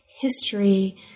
history